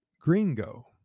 Gringo